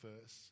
first